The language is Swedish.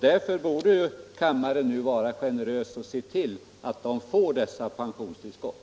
Därför borde kammaren nu vara generös och se till att de får dessa pensionstillskott.